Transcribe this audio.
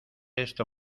esto